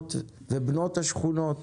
השכונות ובנות השכונות